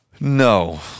No